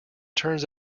turns